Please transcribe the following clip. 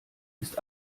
ist